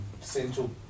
central